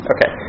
Okay